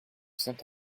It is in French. saint